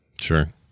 Sure